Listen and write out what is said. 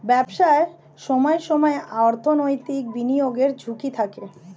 ব্যবসায় সময়ে সময়ে অর্থনৈতিক বিনিয়োগের ঝুঁকি থাকে